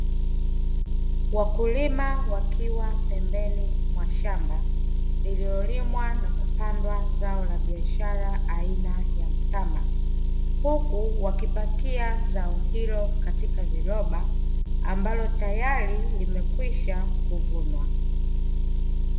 Wakulima wakiwa pembeni mwa shamba, lililolimwa na kupandwa zao la biashara aina ya mtama, huku wakipakia zao hilo katika viroba ambalo tayari limekwisha vunwa.